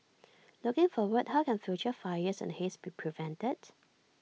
looking forward how can future fires and haze be prevented